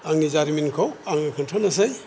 आंनि जारिमिनखौ आङो खोन्थानोसै